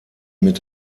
mit